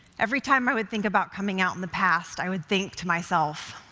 every time i would think about coming out in the past, i would think to myself,